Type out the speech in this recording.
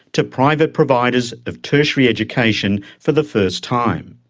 to private providers of tertiary education for the first time.